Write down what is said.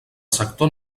sector